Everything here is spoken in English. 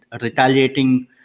retaliating